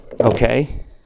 Okay